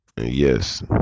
yes